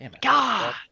God